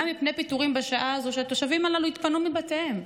מפני פיטורים בשעה הזאת שהתושבים האלה התפנו מבתיהם.